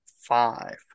five